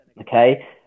okay